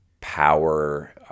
power